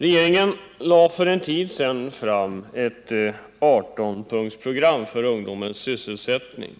Regeringen lade för en tid sedan fram ett 18-punktsprogram för ungdomens sysselsättning.